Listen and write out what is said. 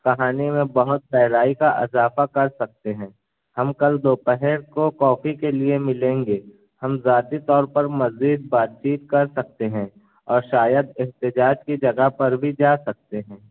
کہانی میں بہت گہرائی کا اضافہ کر سکتے ہیں ہم کل دوپہر کو کافی کے لئے ملیں گے ہم ذاتی طور پر مزید بات چیت کر سکتے ہیں اور شاید احتجاج کی جگہ پر بھی جا سکتے ہیں